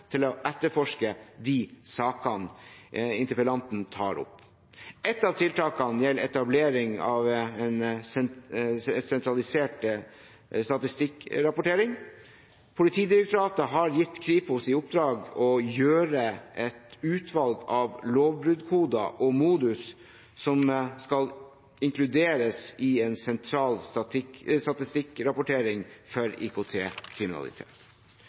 til å etterforske de sakene interpellanten tar opp. Et av tiltakene gjelder etablering av en sentralisert statistikkrapportering. Politidirektoratet har gitt Kripos i oppdrag å gjøre et utvalg av lovbruddkoder og modus som skal inkluderes i en sentral statistikkrapportering for